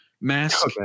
mask